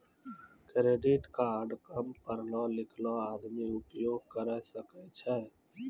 Credit card काम पढलो लिखलो आदमी उपयोग करे सकय छै?